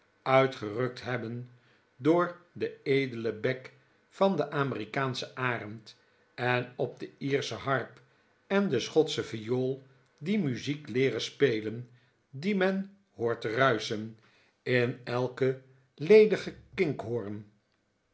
uitgerukt hebben door den edelen bek van den amerikaanschen arend en op de lersche harp en de schotsche viool die muziek leeren spelen die men hoort ruischen in elken ledigen